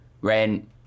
rent